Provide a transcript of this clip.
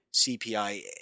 CPI